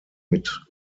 mit